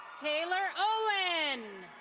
taylor owen.